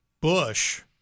bush